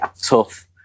tough